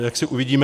Jaksi uvidíme.